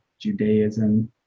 Judaism